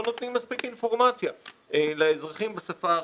נותנים מספיק אינפורמציה לאזרחים בשפה הערבית,